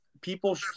people